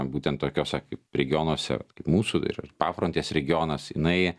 būtent tokiuose kaip regionuose kaip mūsų ir pafrontės regionas jinai